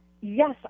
yes